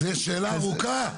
זה שאלה ארוכה.